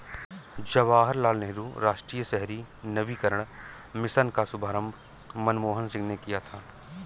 जवाहर लाल नेहरू राष्ट्रीय शहरी नवीकरण मिशन का शुभारम्भ मनमोहन सिंह ने किया था